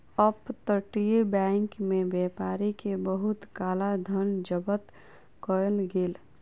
up तटीय bank में व्यापारी के बहुत काला धन जब्त कएल गेल